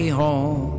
home